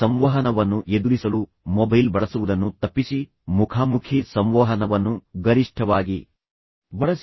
ಸಂವಹನವನ್ನು ಎದುರಿಸಲು ಮೊಬೈಲ್ ಬಳಸುವುದನ್ನು ತಪ್ಪಿಸಿ ಮುಖಾಮುಖಿ ಸಂವಹನವನ್ನು ಗರಿಷ್ಠವಾಗಿ ಬಳಸಿ